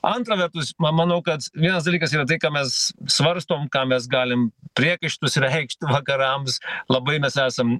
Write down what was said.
antra vertus ma manau kad vienas dalykas yra tai ką mes svarstom ką mes galim priekaištus reikšt vakarams labai mes esam